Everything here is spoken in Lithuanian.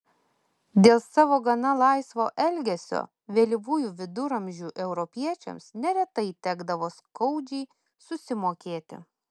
dėl savo gana laisvo elgesio vėlyvųjų viduramžių europiečiams neretai tekdavo skaudžiai susimokėti